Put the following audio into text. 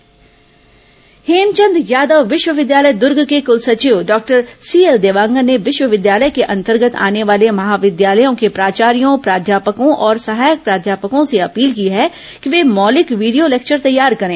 video lecture Hemchand Yadav विश्वविद्यालय दर्ग के कल सचिव डॉक्टर सीएल देवांगन ने विश्वविद्यालय के अंतर्गत आने वाले महाविद्यालयों के प्राचार्यों प्राध्यापकों और सहायक प्राध्यापकों से अपील की है कि वे मौलिक वीडियो लेक्चर तैयार करें